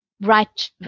right